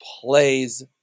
plays